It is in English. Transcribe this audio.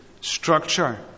structure